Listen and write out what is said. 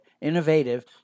innovative